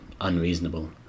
unreasonable